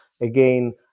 again